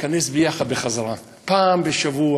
להתכנס ביחד בחזרה, פעם בשבוע.